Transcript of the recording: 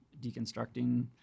deconstructing